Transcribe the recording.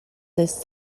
this